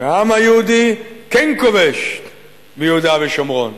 והעם היהודי כן כובש ביהודה ושומרון,